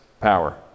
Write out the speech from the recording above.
power